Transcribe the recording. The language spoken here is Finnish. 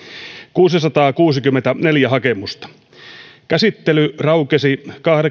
kuusisataakuusikymmentäneljä hakemusta käsittely raukesi